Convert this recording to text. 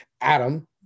Adam